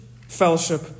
fellowship